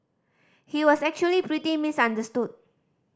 he was actually pretty misunderstood